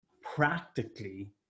practically